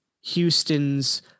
houston's